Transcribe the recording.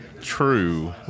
true